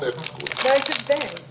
כן יש פה סעיף אחד שערן מתייחס אליו,